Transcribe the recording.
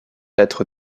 être